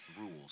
rules